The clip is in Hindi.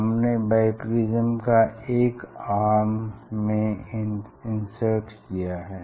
हमने बाइप्रिज्म एक आर्म में इन्सर्ट किया है